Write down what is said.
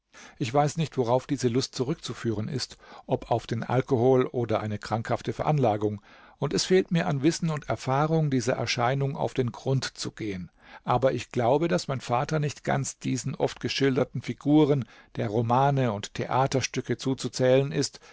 ich weiß nicht worauf diese lust zurückzuführen ist ob auf den alkohol oder eine krankhafte veranlagung und es fehlt mir an wissen und erfahrung dieser erscheinung auf den grund zu gehen aber ich glaube daß mein vater nicht ganz diesen oft geschilderten figuren der romane und theaterstücke zuzuzählen ist